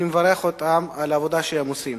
אני מברך אותם על העבודה שהם עושים.